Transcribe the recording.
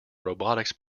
robotics